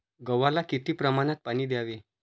गव्हाला किती प्रमाणात पाणी द्यावे?